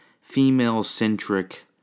female-centric